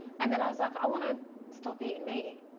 and then i was like, i wanna stop eating meat.